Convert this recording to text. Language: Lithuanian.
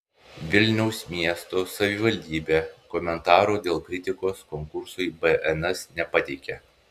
vilniaus miesto savivaldybė komentarų dėl kritikos konkursui bns nepateikė